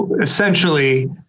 Essentially